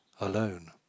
alone